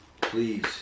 please